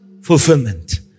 fulfillment